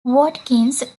watkins